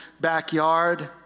backyard